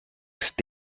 ist